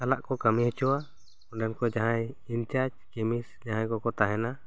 ᱥᱟᱞᱟᱜ ᱠᱚ ᱠᱟᱹᱢᱤ ᱦᱚᱪᱚᱭᱟ ᱚᱸᱰᱮᱱ ᱠᱚ ᱡᱟᱦᱟᱸᱭ ᱤᱱᱪᱟᱨᱡᱽ ᱥᱮ ᱢᱤᱫ ᱡᱟᱦᱟᱸᱭ ᱠᱚᱠᱚ ᱛᱟᱦᱮᱸᱱᱟ